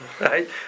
right